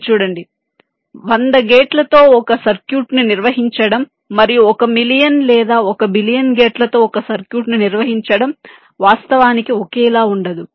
మీరు చూడండి 100 గేట్లతో ఒక సర్క్యూట్ను నిర్వహించడం మరియు 1 మిలియన్ లేదా 1 బిలియన్ గేట్లతో ఒక సర్క్యూట్ను నిర్వహించడం వాస్తవానికి ఒకేలా ఉండదు